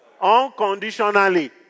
Unconditionally